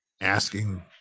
asking